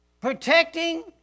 Protecting